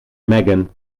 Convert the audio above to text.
megan